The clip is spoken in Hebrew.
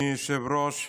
אדוני היושב-ראש,